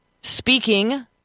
speaking